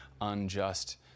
unjust